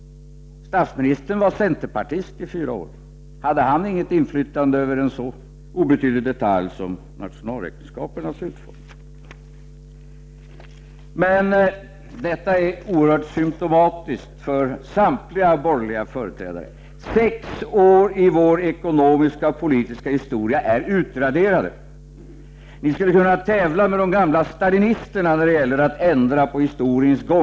Statsministern var centerpartist i fyra år. Hade han inget inflytande över en så obetydlig detalj som nationalräkenskapernas utformning? Detta är oerhört symtomatiskt för samtliga borgerliga företrädare. Sex år av vår ekonomiska politiska historia är utraderade. Ni skulle kunna tävla med de gamla stalinisterna när det gäller att ändra på historiens gång.